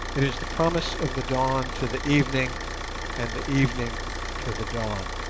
it is the promise of the dawn to the evening and the evening to the dawn.